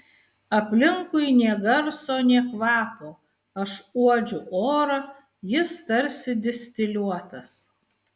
aplinkui nė garso nė kvapo aš uodžiu orą jis tarsi distiliuotas